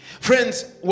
Friends